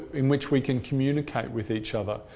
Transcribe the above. in which we can communicate with each other.